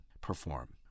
perform